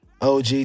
OG